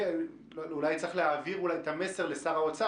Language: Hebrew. אולי צריך להעביר את המסר לשר האוצר